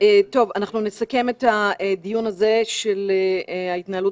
אנחנו נסכם את הדיון הזה על התנהלות